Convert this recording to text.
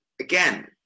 again